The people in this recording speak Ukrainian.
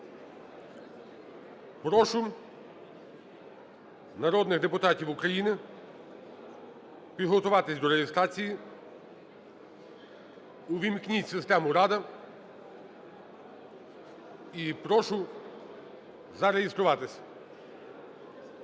Прошу народних депутатів України підготуватися до реєстрації. Увімкніть систему "Рада", і прошу зареєструватися.